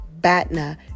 Batna